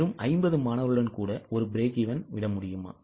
வெறும் 50 மாணவர்களுடன் கூட ஒரு பிரேக்ஈவென் விட முடியுமா